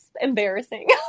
embarrassing